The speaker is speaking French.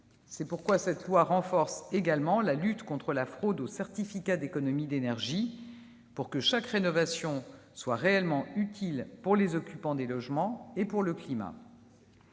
C'est pourquoi ce texte renforce également la lutte contre la fraude aux certificats d'économies d'énergie, pour que chaque rénovation soit réellement utile pour les occupants des logements et pour le climat.